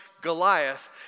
Goliath